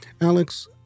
Alex